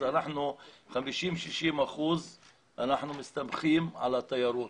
ב-60-50 אחוזים אנחנו מסתמכים על התיירות.